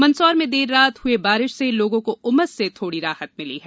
मंदसौर में देर रात हुए बारिश से लोगों को उमस से थोड़ी राहत मिली है